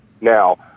Now